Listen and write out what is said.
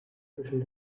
zwischen